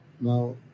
Now